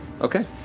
Okay